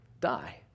die